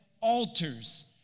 altars